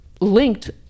linked